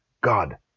god